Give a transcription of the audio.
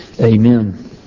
Amen